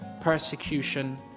Persecution